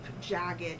jagged